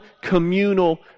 communal